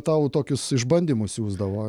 tau tokius išbandymus siųsdavo